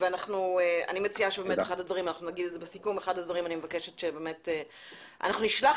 אחד הדברים שאגיד בסיכום הוא שנשלח